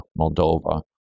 Moldova